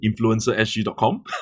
influencersg.com